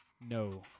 No